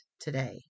today